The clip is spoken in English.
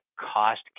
cost